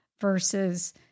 versus